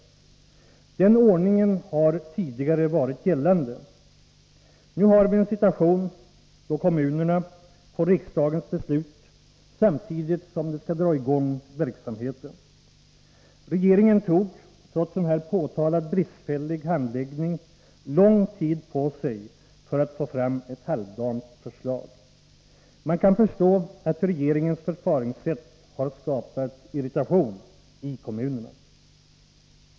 Den ordningen har tidigare varit gällande. Nu har vi en situation då kommunerna får reda på riksdagens beslut samtidigt som de skall dra i gång verksamheten. Regeringen tog, trots en här påtalad bristfällig handläggning, lång tid på sig för att få fram ett halvdant förslag. Man kan förstå att regeringens förfaringssätt har skapat irritation i kommunerna.